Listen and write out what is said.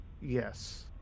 Yes